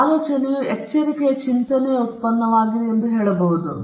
ಒಂದು ಆಲೋಚನೆಯು ಎಚ್ಚರಿಕೆಯ ಚಿಂತನೆಯ ಉತ್ಪನ್ನವಾಗಿದೆ ಎಂದು ನಾವು ಹೇಳಬಹುದು